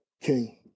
king